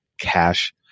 cash